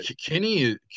kenny